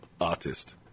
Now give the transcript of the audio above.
artist